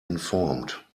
informed